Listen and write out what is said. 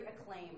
acclaim